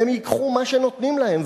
הם ייקחו מה שנותנים להם.